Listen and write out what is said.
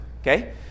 okay